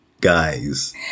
guys